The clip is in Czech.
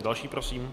Další prosím.